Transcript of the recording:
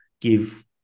give